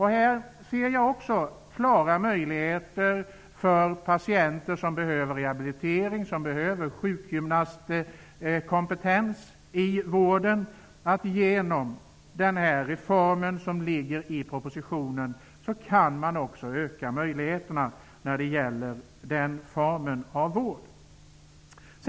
Här ser jag också klara möjligheter för patienter som behöver rehabilitering och sjukgymnastkompetens i vården. Genom den reform som ligger i propositionen kan möjligheterna till denna form av vård öka.